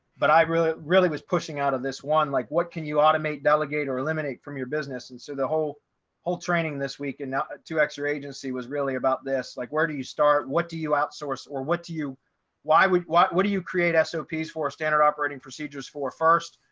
but i really, really was pushing out of this one, like, what can you automate delegate or eliminate from your business? and so the whole whole training this week, and now to x ray agency was really about this, like, where do you start? what do you outsource? or what do you why would what what do you create so sops for standard operating procedures for first?